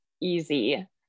easy